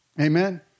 Amen